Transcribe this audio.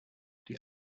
die